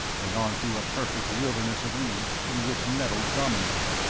and on through a perfect wilderness of weeds in which nettles dominated.